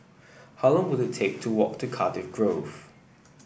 how long will it take to walk to Cardiff Grove